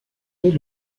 est